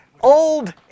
old